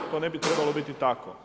To ne bi trebalo biti tako.